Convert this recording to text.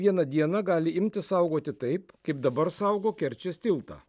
vieną dieną gali imti saugoti taip kaip dabar saugo kerčės tiltą